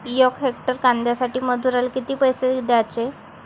यक हेक्टर कांद्यासाठी मजूराले किती पैसे द्याचे?